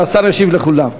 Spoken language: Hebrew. והשר ישיב לכולם.